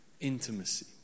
intimacy